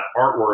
artwork